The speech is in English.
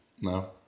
No